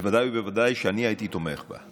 בוודאי ובוודאי שאני הייתי תומך בה.